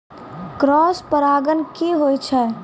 Cross परागण की होय छै?